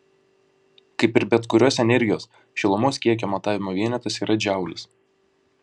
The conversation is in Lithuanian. kaip ir bet kurios energijos šilumos kiekio matavimo vienetas yra džaulis